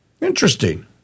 Interesting